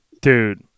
Dude